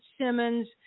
Simmons